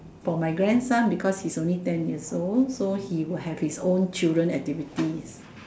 for my grandson because he's only ten years old so he would have his own children activities